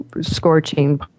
scorching